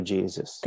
Jesus